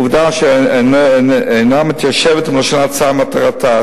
עובדה שאינה מתיישבת עם לשון ההצעה ומטרתה.